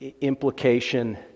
implication